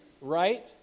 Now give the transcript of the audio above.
Right